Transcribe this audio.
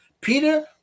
peter